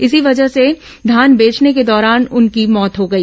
इसी वजह से धान बेचने के दौरान उसकी मौत हो गई